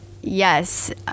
yes